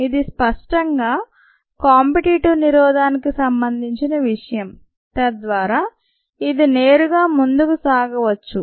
ఇది స్పష్టంగా కాంపిటీటివ్ నిరోధానికి సంబంధించిన విషయం తద్వారా ఇది నేరుగా ముందుకు సాగవచ్చు